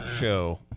show